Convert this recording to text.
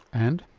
and?